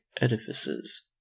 edifices